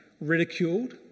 ridiculed